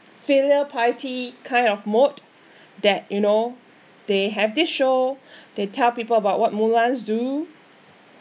filial piety kind of mode that you know they have this show they tell people about what mulans do